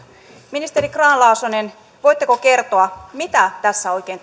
ministeri grahn laasonen voitteko kertoa mitä tässä oikein